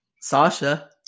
Sasha